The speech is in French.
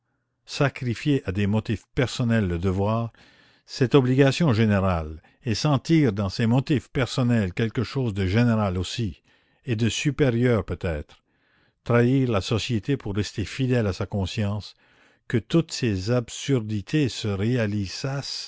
sacrifier à des motifs personnels le devoir cette obligation générale et sentir dans ces motifs personnels quelque chose de général aussi et de supérieur peut-être trahir la société pour rester fidèle à sa conscience que toutes ces absurdités se réalisassent